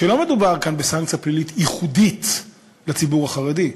שלא מדובר כאן בסנקציה פלילית ייחודית לציבור החרדי,